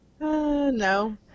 no